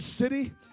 city